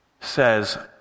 says